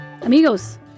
Amigos